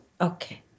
Okay